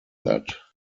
that